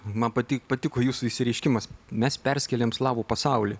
man pati patiko jūsų išsireiškimas mes perskėlėm slavų pasaulį